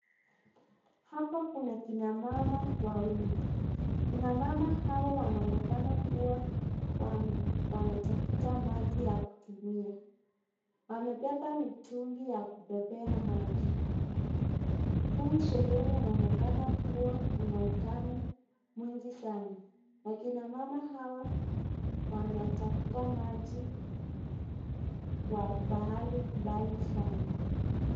Hapa kuna kina mama wawili. Kina mama hawa wanaonekana kuwa wanatafuta maji ya kutumia. Wamebeba mitungi ya kubebea maji. Huu sehemu unaonekana una ukame mwingi sana. Akina mama hawa wanatafuta maji kwa pahali mbali sana.